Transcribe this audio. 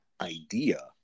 idea